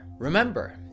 Remember